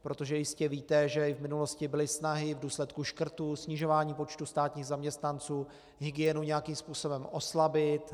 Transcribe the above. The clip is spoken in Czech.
Protože jistě víte, že v minulosti byly snahy v důsledku škrtů, snižování počtu státních zaměstnanců hygienu nějakým způsobem oslabit.